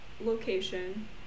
location